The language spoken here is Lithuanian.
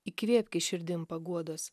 įkvėpki širdin paguodos